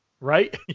right